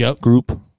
group